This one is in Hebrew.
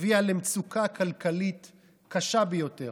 הביאה למצוקה כלכלית קשה ביותר.